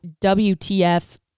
WTF